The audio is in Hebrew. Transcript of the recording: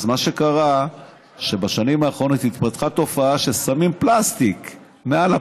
אז מה שקרה הוא שבשנים האחרונות התפתחה תופעה ששמים פלסטיק מעל הפרגולה.